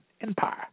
empire